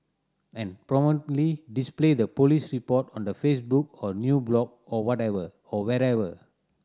and prominently display the police report on the Facebook or new blog or whatever or wherever